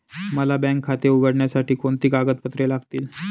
मला बँक खाते उघडण्यासाठी कोणती कागदपत्रे लागतील?